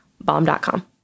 bomb.com